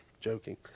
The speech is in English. joking